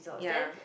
ya